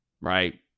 Right